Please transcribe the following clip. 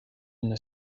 une